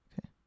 okay